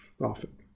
often